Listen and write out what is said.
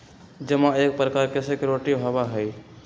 जमा एक प्रकार के सिक्योरिटी होबा हई